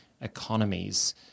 economies